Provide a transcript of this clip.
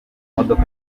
modoka